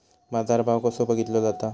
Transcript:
बाजार भाव कसो बघीतलो जाता?